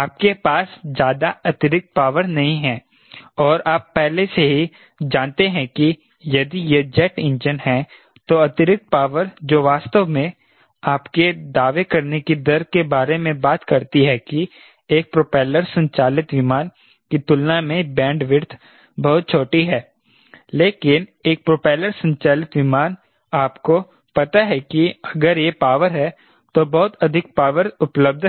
आपके पास ज्यादा अतिरिक्त पावर नहीं हैं और आप पहले से ही जानते हैं कि यदि यह जेट इंजन है तो अतिरिक्त पावर जो वास्तव में आपके दावे करने की दर के बारे में बात करती है कि एक प्रोपेलर संचालित विमान की तुलना में बैंडविड्थ बहुत छोटी है लेकिन एक प्रोपेलर संचालित विमान आपको पता है कि अगर यह पावर है तो बहुत अधिक पावर उपलब्ध है